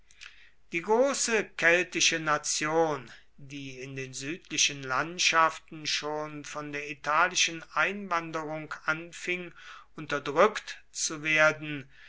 die große keltische nation die in den südlichen landschaften schon von der italischen einwanderung anfing unterdrückt zu werden